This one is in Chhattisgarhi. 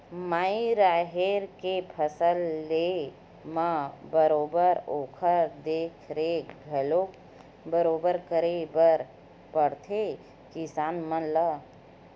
माई राहेर के फसल लेय म बरोबर ओखर देख रेख घलोक बरोबर करे बर परथे किसान मन ला